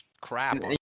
crap